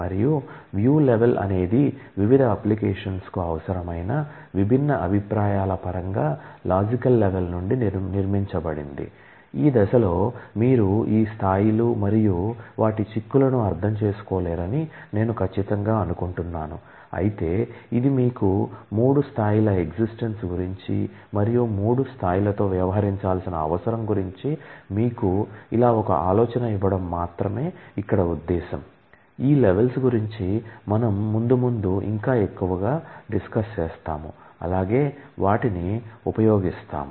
మరియు view level చేస్తాం అలాగే వాటిని ఉపయోగిస్తాం